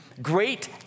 great